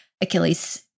Achilles